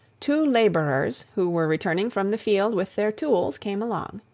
two labourers who were returning from the field with their tools, came along.